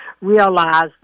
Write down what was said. realize